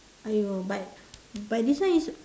!aiyo! but but this one is